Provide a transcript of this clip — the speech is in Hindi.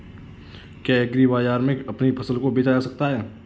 क्या एग्रीबाजार में अपनी फसल को बेचा जा सकता है?